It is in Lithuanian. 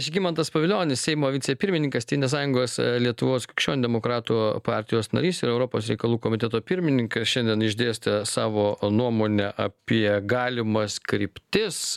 žygimantas pavilionis seimo vicepirmininkas tėvynės sąjungos lietuvos krikščionių demokratų partijos narys ir europos reikalų komiteto pirmininkas šiandien išdėstė savo nuomonę apie galimas kryptis